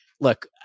Look